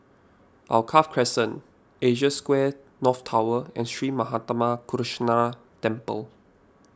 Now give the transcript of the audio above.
Alkaff Crescent Asia Square North Tower and Sri Manmatha Karuneshvarar Temple